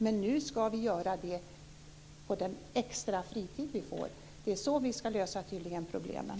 Men nu ska vi göra det på den extra fritid vi får. Det är tydligen så vi ska lösa problemen.